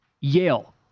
Yale